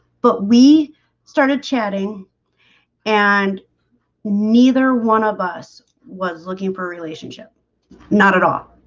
but we started chatting and neither one of us was looking for a relationship not at all.